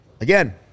Again